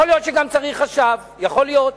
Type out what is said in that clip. יכול להיות שצריך לכלול גם את החשב, יכול להיות,